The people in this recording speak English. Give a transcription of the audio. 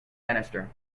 minister